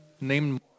named